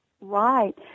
Right